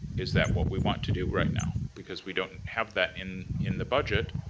is that what we want to do right now? because we don't have that in in the budget,